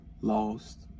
Lost